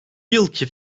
yılki